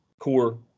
core